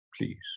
Please